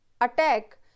attack